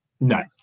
No